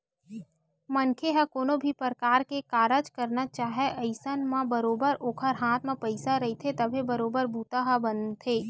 मनखे ह कोनो भी परकार के कारज करना चाहय अइसन म बरोबर ओखर हाथ म पइसा रहिथे तभे बरोबर बूता ह बनथे